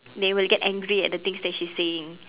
they will get angry at the things that she's saying